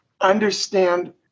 understand